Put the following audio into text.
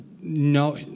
no